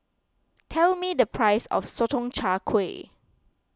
tell me the price of Sotong Char Kway